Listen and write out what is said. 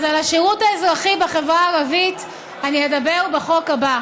על השירות האזרחי בחברה הערבית אני אדבר בחוק הבא.